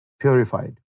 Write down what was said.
purified